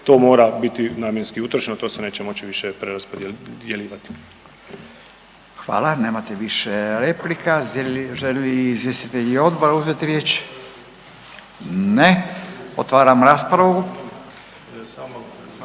to mora biti namjenski utrošeno i to se neće moći više preraspodjeljivati. **Radin, Furio (Nezavisni)** Hvala. Nemate više replika. Žele li izvjestitelji odbora uzeti riječ? Ne. Otvaram raspravu